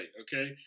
Okay